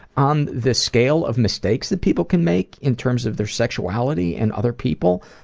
on the scale of mistakes that people can make in terms of their sexuality and other people,